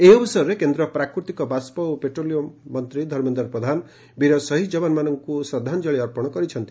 ଏହି ଅବସରରେ କେନ୍ଦ୍ର ପ୍ରାକୃତିକ ବାଷ୍ବ ଓ ପେଟ୍ରୋଲିୟମ ମନ୍ତୀ ଧର୍ମେନ୍ଦ ପ୍ରଧାନ ବୀର ଶହୀଦ ଯବାନମାନଙ୍କୁ ଶ୍ରଦ୍ବାଞ୍ଞଳି ଅର୍ପଣ କରିଛନ୍ତି